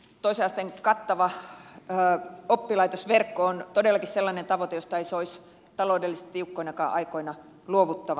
toisen asteen kattava oppilaitosverkko on todellakin sellainen tavoite josta ei soisi taloudellisesti tiukkoinakaan aikoina luovuttavan